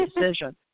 decision